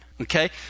Okay